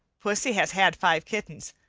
pussy has had five kittens,